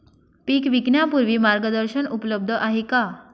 पीक विकण्यापूर्वी मार्गदर्शन उपलब्ध आहे का?